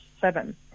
seven